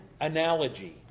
analogy